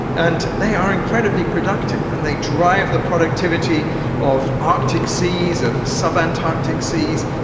and they are incredibly productive and they drive the productivity of arctic seas, of sub-antarctic seas,